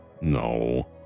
No